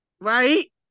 right